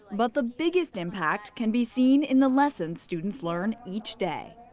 but the biggest impact can be seen in the lessons students learn each day.